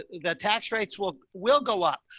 the tax rates will, will go up.